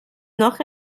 noch